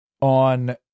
on